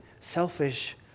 selfish